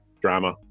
drama